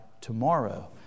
tomorrow